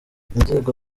inzego